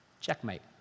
checkmate